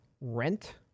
rent